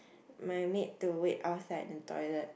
my maid to wait outside the toilet